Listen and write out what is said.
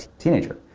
teenager.